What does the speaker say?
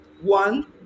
one